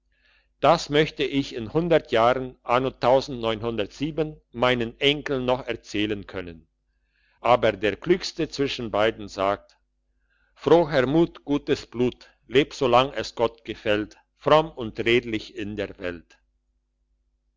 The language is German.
das möchte ich in hundert jahren anno meinen enkeln noch erzählen können aber der klügste zwischen beiden sagt froher mut gutes blut leb solang es gott gefällt fromm und redlich in der welt